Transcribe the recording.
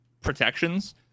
protections